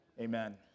Amen